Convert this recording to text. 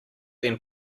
then